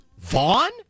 Vaughn